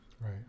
right